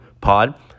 pod